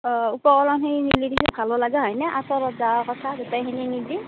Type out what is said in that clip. অঁ উপকৰণখিনি নিলি দিছোঁ ভাল লাগে হয়নে আতৰত যাৱাৰ কথা গোটেইখিনি নিলি